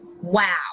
Wow